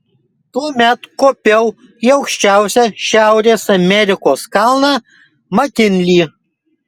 tuomet kopiau į aukščiausią šiaurės amerikos kalną makinlį